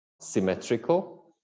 symmetrical